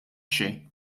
xejn